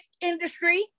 industry